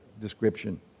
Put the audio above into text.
description